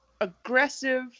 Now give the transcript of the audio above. aggressive